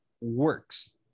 works